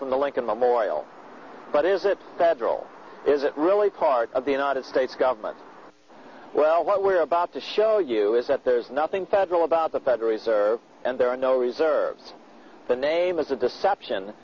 from the lincoln memorial but is it several is it really heart of the united states government well what we're about to show you is that there is nothing federal about the federal reserve and there are no reserves the name is a deception